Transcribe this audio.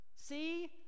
See